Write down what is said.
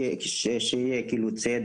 כל כך רציתי לפרנס את המשפחה,